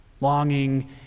Longing